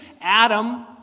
Adam